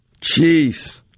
Jeez